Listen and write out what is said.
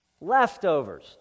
Leftovers